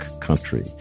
country